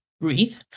breathe